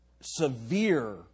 severe